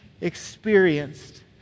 experienced